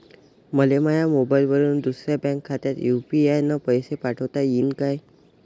मले माह्या मोबाईलवरून दुसऱ्या बँक खात्यात यू.पी.आय न पैसे पाठोता येईन काय?